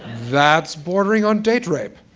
that's bordering on date rape.